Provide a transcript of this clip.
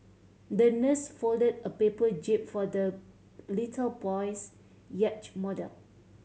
the nurse folded a paper jib for the little boy's yacht model